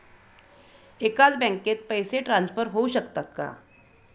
एकाच बँकेत पैसे ट्रान्सफर होऊ शकतात का?